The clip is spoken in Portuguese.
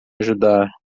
ajudar